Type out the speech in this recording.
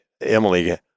Emily